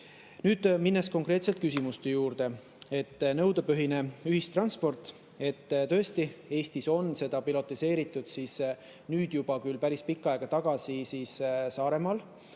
Nüüd, minnes konkreetselt küsimuste juurde. Nõudepõhine ühistransport – tõesti, Eestis on seda piloteeritud nüüd juba küll päris pikka aega tagasi Saaremaal,